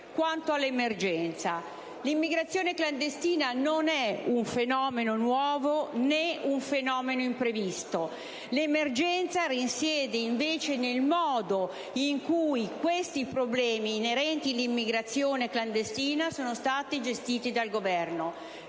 Quanto all'emergenza, l'immigrazione clandestina non è un fenomeno nuovo, né imprevisto. L'emergenza risiede invece nel modo in cui le problematiche inerenti l'immigrazione clandestina sono state gestite dal Governo,